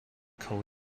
code